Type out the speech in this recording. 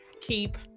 keep